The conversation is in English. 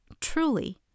Truly